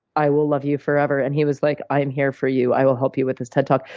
i will love you forever. and he was, like, i'm here for you. i will help you with this ted talk.